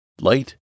light